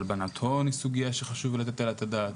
הלבנת הון היא סוגיה שחשוב לתת עליה את הדעת,